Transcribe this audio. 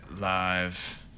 Live